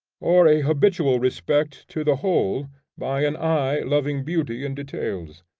or a habitual respect to the whole by an eye loving beauty in details.